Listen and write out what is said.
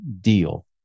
deal